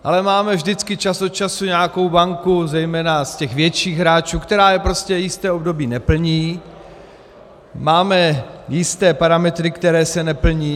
Ale máme vždycky čas od času nějakou banku, zejména z těch větších hráčů, která je prostě jisté období neplní, máme jisté parametry, které se neplní.